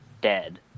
dead